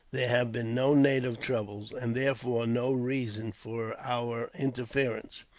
there have been no native troubles, and therefore no reason for our interference.